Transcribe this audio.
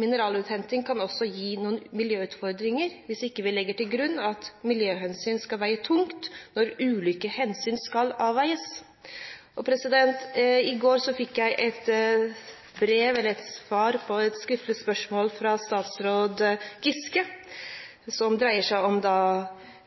mineraluthenting kan også gi noen miljøutfordringer hvis ikke vi legger til grunn at miljøhensyn skal veie tungt når ulike hensyn skal avveies. I går fikk jeg svar på et skriftlig spørsmål fra statsråd Giske. Det dreier seg om